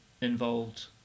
involved